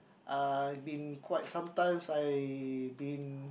I have been quite some times I been